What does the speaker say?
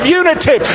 unity